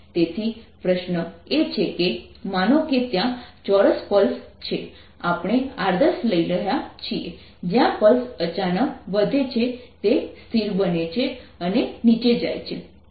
તેથી પ્રશ્ન એ છે કે માનો કે ત્યાં ચોરસ પલ્સ છે આપણે આદર્શ લઈ રહ્યા છીએ જ્યાં પલ્સ અચાનક વધે છે તે સ્થિર બને છે અને નીચે જાય છે